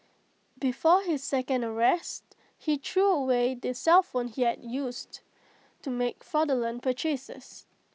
before his second arrest he threw away the cellphone he had used to make fraudulent purchases